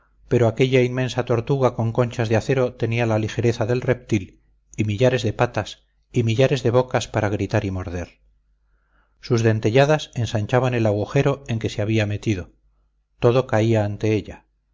pero aquella inmensa tortuga con conchas de acero tenía la ligereza del reptil y millares de patas y millares de bocas para gritar y morder sus dentelladas ensanchaban el agujero en que se había metido todo caía ante ella